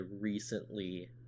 recently